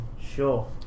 Sure